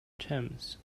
terms